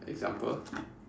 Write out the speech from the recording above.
example